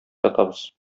ятабыз